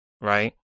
right